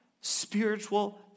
spiritual